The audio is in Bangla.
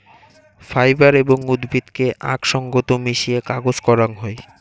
ফাইবার এবং উদ্ভিদকে আক সঙ্গত মিশিয়ে কাগজ করাং হই